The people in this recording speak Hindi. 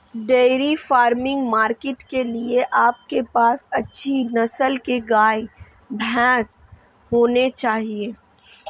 डेयरी फार्मिंग मार्केट के लिए आपके पास अच्छी नस्ल के गाय, भैंस होने चाहिए